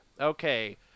Okay